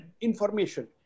information